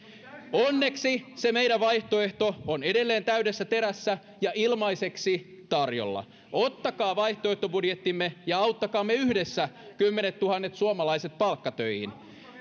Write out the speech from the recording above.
onneksi se meidän vaihtoehtomme on edelleen täydessä terässä ja ilmaiseksi tarjolla ottakaa vaihtoehtobudjettimme ja auttakaamme yhdessä kymmenettuhannet suomalaiset palkkatöihin